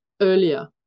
earlier